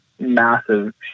massive